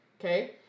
okay